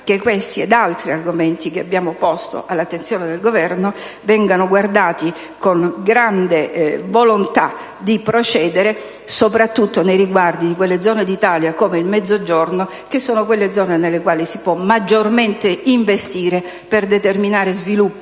che questi ed altri argomenti che abbiamo posto all'attenzione del Governo vengano esaminati con grande volontà di procedere, soprattutto nei riguardi di quelle zone d'Italia come il Mezzogiorno nelle quali si può maggiormente investire per determinare sviluppo